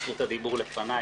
זכות הדיבור לפני.